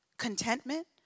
contentment